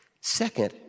Second